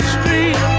Street